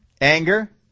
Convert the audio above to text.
anger